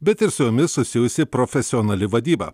bet ir su jomis susijusi profesionali vadyba